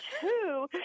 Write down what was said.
two